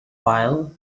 while